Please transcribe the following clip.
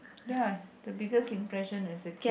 ya the biggest impression as a kid